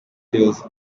hills